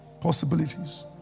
possibilities